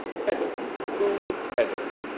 petheram? who was petheram?